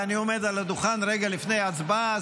ואני עומד על הדוכן רגע לפני ההצבעה.